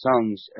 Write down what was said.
songs